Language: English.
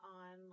on